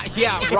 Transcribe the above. ah yeah right.